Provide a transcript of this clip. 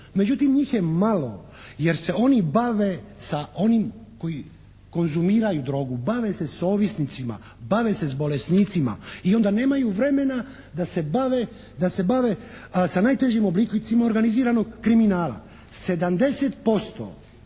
Međutim, njih je malo, jer se oni bave sa onim koji konzumiraju drogu, bave se s ovisnicima, bave se s bolesnicima i onda nemaju vremena da se bave sa najtežim oblicima organiziranog kriminala.